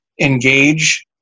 engage